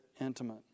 intimate